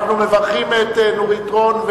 אנחנו מברכים את נורית רון,